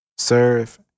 serve